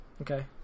okay